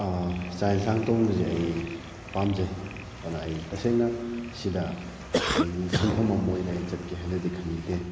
ꯆꯥꯛ ꯏꯟꯁꯥꯡ ꯊꯣꯡꯕꯁꯤ ꯑꯩ ꯄꯥꯝꯖꯩ ꯑꯗꯨꯅ ꯑꯩ ꯇꯁꯦꯡꯅ ꯁꯤꯗ ꯑꯩꯒꯤ ꯁꯤꯟꯐꯝ ꯑꯃ ꯑꯣꯏꯅ ꯑꯩꯅ ꯆꯠꯀꯦ ꯍꯥꯏꯅꯗꯤ ꯈꯟꯈꯤꯗꯦ